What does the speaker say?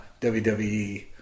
WWE